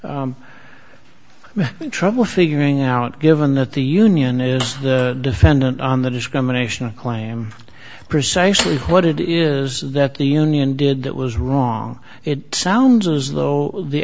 trouble figuring out given that the union is the defendant on the discrimination claim precisely what it is that the union did that was wrong it sounds as though the